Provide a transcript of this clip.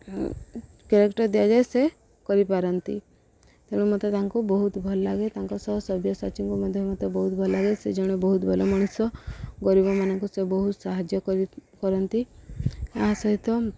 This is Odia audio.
କେରେକ୍ଟର ଦିଆଯାଏ ସେ କରିପାରନ୍ତି ତେଣୁ ମୋତେ ତାଙ୍କୁ ବହୁତ ଭଲ ଲାଗେ ତାଙ୍କ ସହ ସବ୍ୟସାଚୀଙ୍କୁ ମଧ୍ୟ ମୋତେ ବହୁତ ଭଲ ଲାଗେ ସେ ଜଣେ ବହୁତ ଭଲ ମଣିଷ ଗରିବମାନଙ୍କୁ ସେ ବହୁତ ସାହାଯ୍ୟ କରନ୍ତି ଏହା ସହିତ